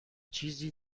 چیزی